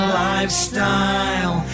lifestyle